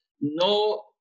no